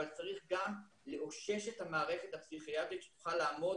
אבל צריך גם לאושש את המערכת הפסיכיאטרית שתוכל לעמוד